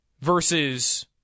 Versus